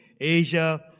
Asia